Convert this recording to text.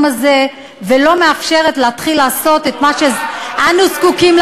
הזה ולא מאפשרת להתחיל לעשות את מה שאנו זקוקים,